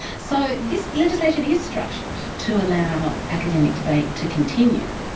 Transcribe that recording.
so this legislation is structured to allow academic debate to continue,